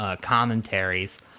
commentaries